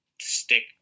stick